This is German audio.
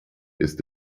ist